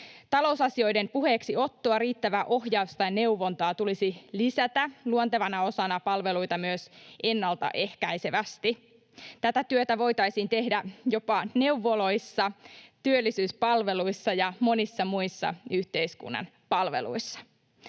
Talousasioiden puheeksiottoa ja riittävää ohjausta ja neuvontaa tulisi lisätä luontevana osana palveluita myös ennaltaehkäisevästi. Tätä työtä voitaisiin tehdä jopa neuvoloissa, työllisyyspalveluissa ja monissa muissa yhteiskunnan palveluissa.